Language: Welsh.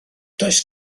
does